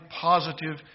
positive